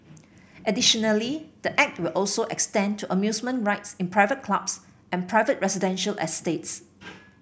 additionally the Act will also extend to amusement rides in private clubs and private residential estates